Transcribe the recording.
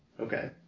Okay